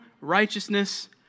righteousness